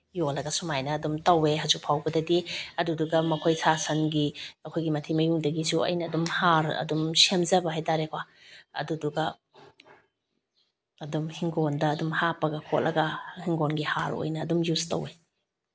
ꯌꯣꯜꯂꯒ ꯁꯨꯃꯥꯏꯅ ꯑꯗꯨꯝ ꯇꯧꯋꯦ ꯍꯧꯖꯤꯛ ꯐꯥꯎꯕꯗꯗꯤ ꯑꯗꯨꯗꯨꯒ ꯃꯈꯣꯏ ꯁꯥ ꯁꯟꯒꯤ ꯑꯩꯈꯣꯏꯒꯤ ꯃꯊꯤ ꯃꯌꯨꯡꯗꯒꯤꯁꯨ ꯑꯩꯅ ꯑꯗꯨꯝ ꯍꯥꯔ ꯑꯗꯨꯝ ꯁꯦꯝꯖꯕ ꯍꯥꯏ ꯇꯥꯔꯦꯀꯣ ꯑꯗꯨꯗꯨꯒ ꯑꯗꯨꯝ ꯏꯪꯈꯣꯜꯗ ꯑꯗꯨꯝ ꯍꯥꯞꯄꯒ ꯈꯣꯠꯂꯒ ꯍꯤꯡꯒꯣꯜꯒꯤ ꯍꯥꯔ ꯑꯣꯏꯅ ꯑꯗꯨꯝ ꯌꯨꯁ ꯇꯧꯋꯦ